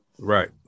right